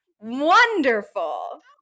wonderful